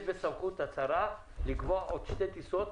יש בסמכות השרה לקבוע עוד שתי טיסות